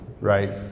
right